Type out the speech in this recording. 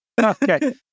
Okay